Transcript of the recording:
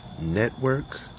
Network